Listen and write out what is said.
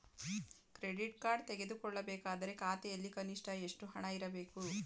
Credit card ತೆಗೆದುಕೊಳ್ಳಬೇಕಾದರೆ ಖಾತೆಯಲ್ಲಿ ಕನಿಷ್ಠ ಎಷ್ಟು ಹಣ ಇರಬೇಕು?